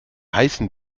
heißen